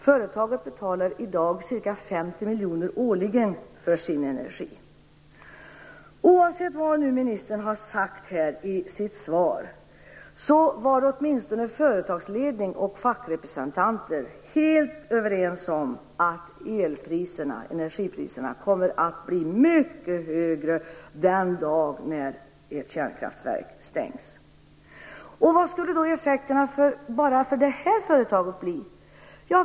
Företaget betalar i dag ca 50 miljoner årligen för sin energi. Oavsett vad ministern har sagt i sitt svar var åtminstone företagsledning och fackliga representanter helt överens om att energipriserna kommer att bli mycket högre den dag ett kärnkraftverk stängs. Vad skulle då effekterna bara för det här företaget bli?